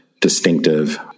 distinctive